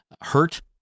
hurt